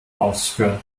ausführen